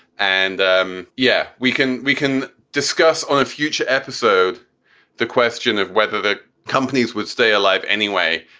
and um yeah, we can we can discuss on a future episode the question of whether the companies would stay alive anyway,